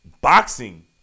boxing